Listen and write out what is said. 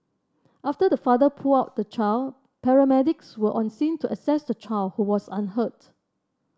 after the father pulled out the child paramedics were on scene to assess the child who was unhurt